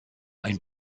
ein